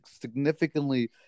significantly